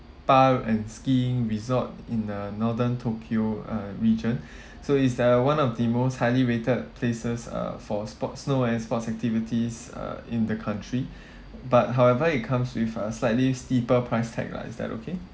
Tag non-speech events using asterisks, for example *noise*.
spa and skiing resort in uh northern tokyo uh region *breath* so it's the one of the most highly rated places uh for sports snow and sports activities uh in the country *breath* but however it comes with a slightly steeper price tag lah is that okay